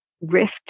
rift